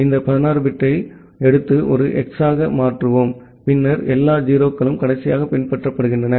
இந்த 16 பிட்டை எடுத்து ஒரு ஹெக்ஸாக மாற்றுவோம் பின்னர் எல்லா 0 களும் கடைசியாகப் பின்பற்றப்படுகின்றன